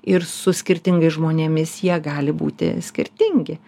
ir su skirtingais žmonėmis jie gali būti skirtingi